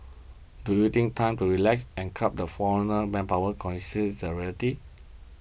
do you think time to relax and curbs the foreigner manpower con see the realities